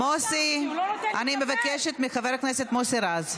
מוסי, אני מבקשת מחבר הכנסת מוסי רז.